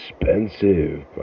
expensive